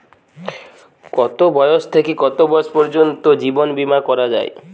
কতো বয়স থেকে কত বয়স পর্যন্ত জীবন বিমা করা যায়?